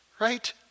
right